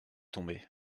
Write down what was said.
tombé